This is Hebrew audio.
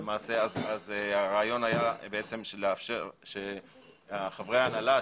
הרעיון היה לאפשר שחברי ההנהלה,